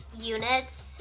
units